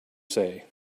say